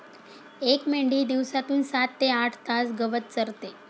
एक मेंढी दिवसातून सात ते आठ तास गवत चरते